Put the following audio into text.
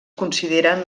consideren